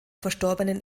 verstorbenen